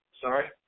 sorry